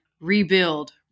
rebuild